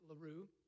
LaRue